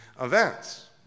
events